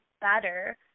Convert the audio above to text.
better